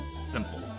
Simple